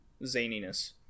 zaniness